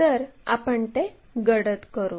तर आपण ते गडद करू